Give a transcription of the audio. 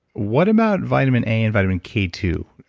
what about vitamin a and vitamin k two.